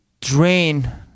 drain